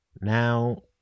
Now